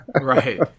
right